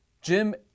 Jim